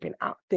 out